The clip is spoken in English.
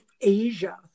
Asia